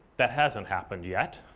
that hasn't happened yet.